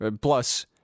Plus